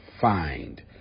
find